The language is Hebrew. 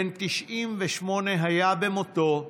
בן 98 היה במותו.